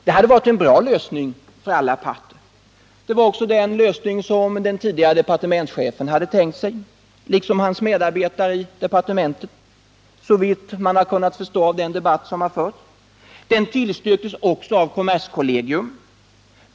Det hade varit en bra lösning för alla parter, och det var också den lösning som den tidigare departementschefen liksom hans medarbetare i departementet hade tänkt sig, såvitt man har kunnat förstå av den debatt som förts. Denna lösning tillstyrktes av kommerskollegium.